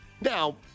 Now